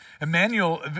Emmanuel